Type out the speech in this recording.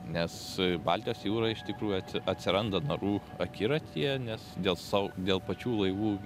nes baltijos jūra iš tikrųjų atsiranda narų akiratyje nes dėl sav dėl pačių laivų